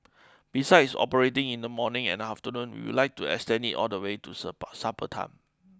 besides operating in the morning and afternoon we would like to extend it all the way to supper time